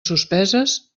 suspeses